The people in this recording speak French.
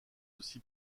aussi